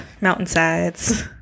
mountainsides